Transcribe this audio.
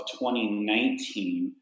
2019